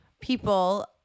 people